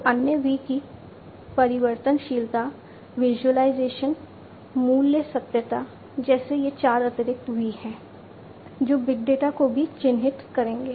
तो अन्य V की परिवर्तनशीलता विज़ुअलाइज़ेशन मूल्य सत्यता जैसे ये 4 अतिरिक्त V हैं जो बिग डेटा को भी चिह्नित करेंगे